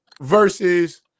versus